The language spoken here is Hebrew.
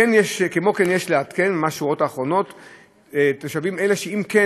כמו כן יש לעדכן תושבים אלה, שאם כן